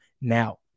now